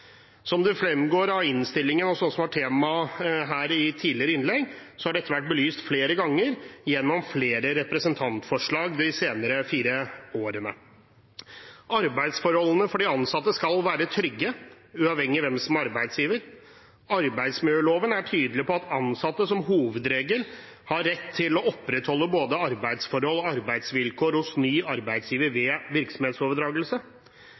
Som det fremgår av innstillingen, og som også var tema i tidligere innlegg, har dette vært belyst flere ganger gjennom flere representantforslag de siste fire årene. Arbeidsforholdene for de ansatte skal være trygge, uavhengig av hvem som er arbeidsgiver. Arbeidsmiljøloven er tydelig på at ansatte som hovedregel har rett til å opprettholde både arbeidsforhold og arbeidsvilkår hos ny arbeidsgiver